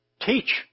teach